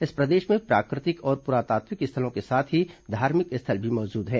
इस प्रदेश में प्राकृतिक और पुरातात्विक स्थलों के साथ ही धार्मिक स्थल भी मौजूद हैं